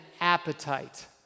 appetite